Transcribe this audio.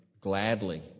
gladly